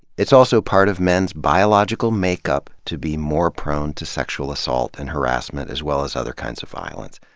it's also part of men's biological makeup to be more prone to sexual assault and harassment, as well as other kinds of violence.